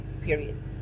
period